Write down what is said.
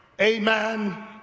amen